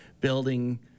building